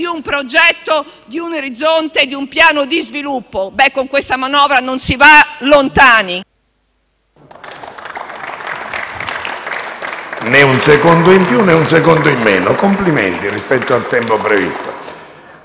di un progetto, di un orizzonte, di un piano di sviluppo. Ebbene, con questa manovra non si va lontano.